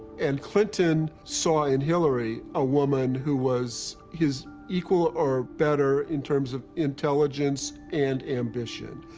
and clinton saw in hillary a woman who was his equal or better in terms of intelligence and ambition.